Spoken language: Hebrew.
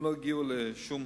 לא הגיעו לשום